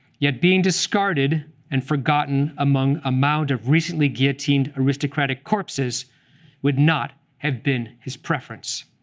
yet being discarded and forgotten among a mound of recently-guillotined aristocratic corpses would not have been his preference.